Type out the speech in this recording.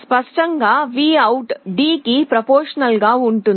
స్పష్టంగా V OUT D కి ప్రొఫార్మాషనల్ గా ఉంటుంది